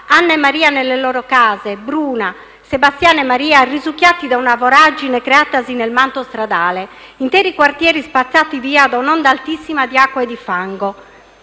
Anna e Maria nelle loro case, Bruno, Sebastiana e Maria risucchiati da una voragine creatasi nel manto stradale. Interi quartieri sono stati spazzati via da un'onda altissima di acqua e di fango.